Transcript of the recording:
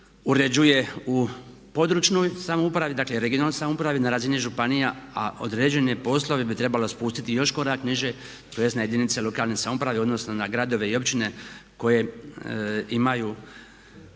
uređuje u područnoj samoupravi, dakle regionalnoj samoupravi na razini županija a određene poslove bi trebalo spustiti još korak niže, tj. na jedinice lokalne samouprave odnosno na gradove i općine koje imaju